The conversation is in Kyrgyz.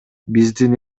биздин